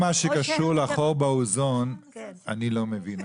שקשור לחור באוזון, אני לא מבין.